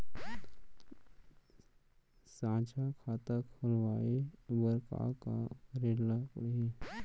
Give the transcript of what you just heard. साझा खाता खोलवाये बर का का करे ल पढ़थे?